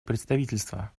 представительства